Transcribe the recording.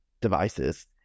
devices